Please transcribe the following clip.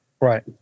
Right